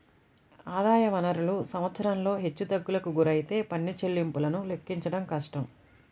ఆదాయ వనరులు సంవత్సరంలో హెచ్చుతగ్గులకు గురైతే పన్ను చెల్లింపులను లెక్కించడం కష్టం